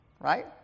right